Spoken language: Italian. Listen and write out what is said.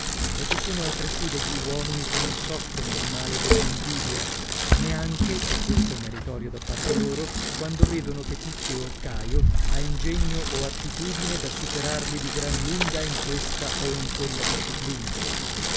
e ci sono altresì degli uomini che non soffrono il male dell'invidia neanche e questo è meritorio da parte loro quando vedono che tizio o caio ha ingegno o attitudine da superarli di gran lunga in questa o in quella disciplina